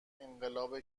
انقلاب